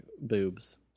boobs